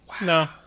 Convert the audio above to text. No